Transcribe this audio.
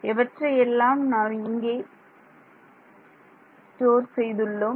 எவற்றையெல்லாம் நாம் இங்கே ஸ்டோர் செய்துள்ளோம்